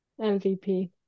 MVP